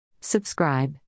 Subscribe